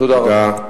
תודה רבה.